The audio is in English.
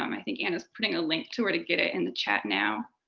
um i think anna's putting a link to where to get it in the chat now.